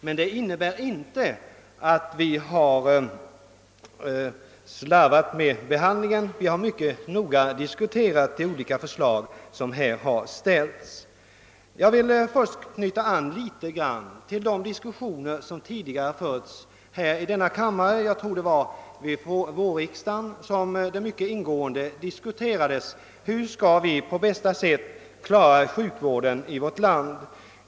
Men det innebär inte att vi har slarvat med behandlingen — vi har mycket noga diskuterat de olika förslagen. Under de tidigare diskussioner som förts här i kammaren — senast under vårriksdagen, tror jag — har ingående diskuterats hur vi på bästa sätt skall klara sjukvården i vårt land.